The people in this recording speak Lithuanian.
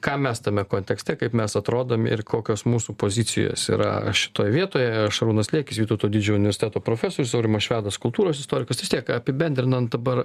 ką mes tame kontekste kaip mes atrodom ir kokios mūsų pozicijos yra šitoj vietoje šarūnas liekis vytauto didžiojo universiteto profesorius aurimas švedas kultūros istorikas vis tiek apibendrinant dabar